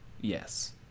yes